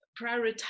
prioritize